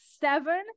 seven